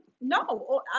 no